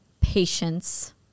patience